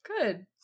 good